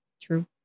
True